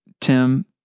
Tim